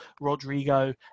Rodrigo